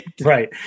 Right